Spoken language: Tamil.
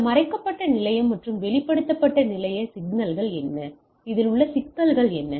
இந்த மறைக்கப்பட்ட நிலையம் மற்றும் வெளிப்படுத்தப்பட்ட நிலைய சிக்கல் என்ன